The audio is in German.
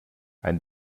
ein